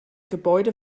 gebäude